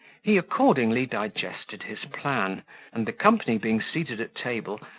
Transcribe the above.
he, accordingly, digested his plan and the company being seated at table,